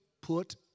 put